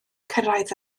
cyrraedd